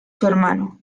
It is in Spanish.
hermano